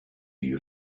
you